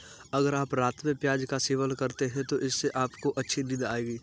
अगर आप रात में प्याज का सेवन करते हैं तो इससे आपको अच्छी नींद आएगी